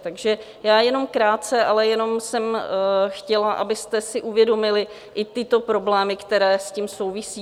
Takže já jenom krátce, ale jenom jsem chtěla, abyste si uvědomili i tyto problémy, které s tím souvisí.